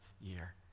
year